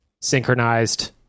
synchronized